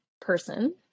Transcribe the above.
person